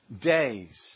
days